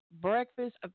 Breakfast